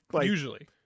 Usually